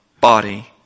body